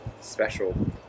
special